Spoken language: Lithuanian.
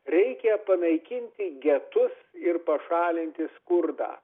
reikia panaikinti getus ir pašalinti skurdą